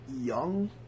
Young